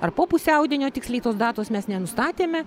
ar po pusiaudienio tiksliai tos datos mes nenustatėme